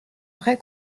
vrai